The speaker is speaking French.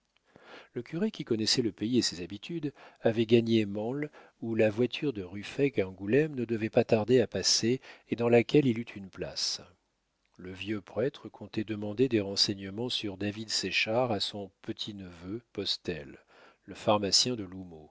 le curé qui connaissait le pays et ses habitudes avait gagné mansle où la voiture de ruffec à angoulême ne devait pas tarder à passer et dans laquelle il eut une place le vieux prêtre comptait demander des renseignements sur david séchard à son petit-neveu postel le pharmacien